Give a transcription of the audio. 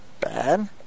bad